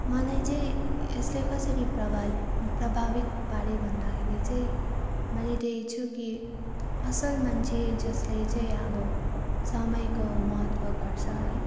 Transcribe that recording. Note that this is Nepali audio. मलाई चाहिँ यसले कसरी प्रभावित प्रभावित पार्यो भन्दाखेरि चाहिँ मैले देखेको छु कि असल मान्छे जसले चाहिँ अब समयको महत्त्व गर्छ है